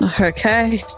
okay